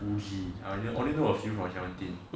woozi I only know of few from seventeen